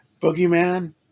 Boogeyman